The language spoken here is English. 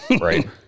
Right